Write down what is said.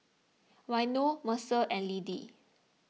Waino Mercer and Liddie